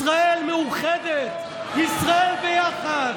ישראל מאוחדת, ישראל ביחד.